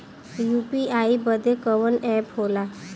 UPI बदे कवन app होला?